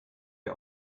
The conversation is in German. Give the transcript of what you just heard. wir